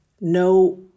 no